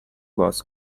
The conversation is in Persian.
باز